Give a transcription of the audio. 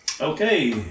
Okay